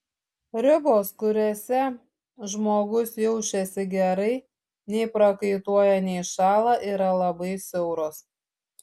ribos kuriose žmogus jaučiasi gerai nei prakaituoja nei šąla yra labai siauros